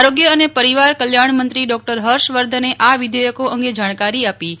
આરોગ્ય અને પરિવાર કલ્યાણમંત્રી ડોકટર હર્ષવર્ધને આ વિધેયકો અંગે જાણકારી અપાઈ